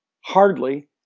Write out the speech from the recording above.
hardly